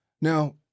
Now